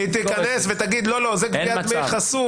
היא תיכנס ותגיד: זה גביית דמי חסות